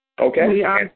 Okay